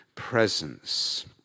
presence